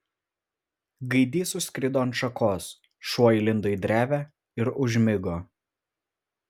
gaidys užskrido ant šakos šuo įlindo į drevę ir užmigo